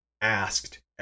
asked